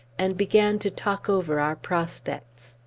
and began to talk over our prospects.